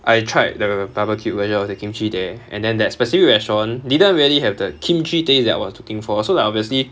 I tried the barbecue when there was the kimchi there and then that specific restaurant didn't really have the kimchi taste that I was looking for so like obviously